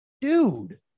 Dude